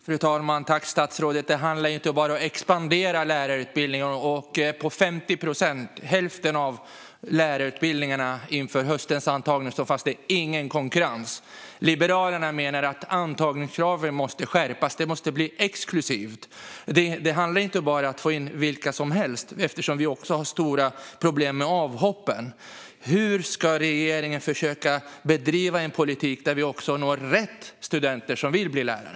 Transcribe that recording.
Fru talman! Tack, statsrådet! Det handlar inte bara om att expandera lärarutbildningen. På hälften av lärarutbildningarna fanns det ingen konkurrens inför höstens antagning. Liberalerna menar att antagningskraven måste skärpas. Det måste bli exklusivt. Det handlar inte bara om att få in vilka som helst, eftersom vi också har stora problem med avhoppen. Hur ska regeringen försöka bedriva en politik där vi når rätt studenter som vill bli lärare?